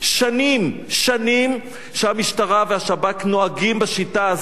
שנים, שנים שהמשטרה והשב"כ נוהגים בשיטה הזאת,